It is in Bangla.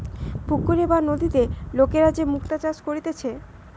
পুকুরে বা নদীতে লোকরা যে মুক্তা চাষ করতিছে